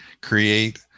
create